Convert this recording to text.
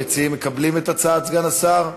המציעים מקבלים את הצעת סגן השר?